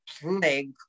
plague